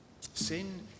Sin